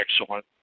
excellent